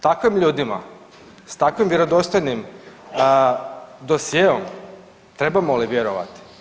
Takvim ljudima, sa takvim vjerodostojnim dosjeom, trebamo li vjerovati?